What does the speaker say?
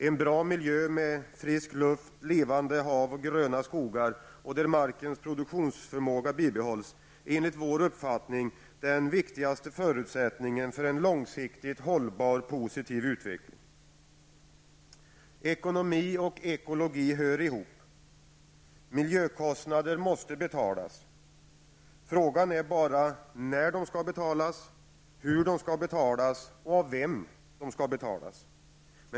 En bra miljö med frisk luft, levande hav, gröna skogar och där markens produktionsförmåga bibehålles är enligt vår uppfattning den enda förutsättningen för en långsiktigt hållbar positiv utveckling. Ekonomi och ekologi hör ihop. Miljökostnaderna måste betalas. Frågan är när de skall betalas, hur de skall betalas och av vem de skall betalas.